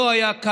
לא היה לי